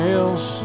else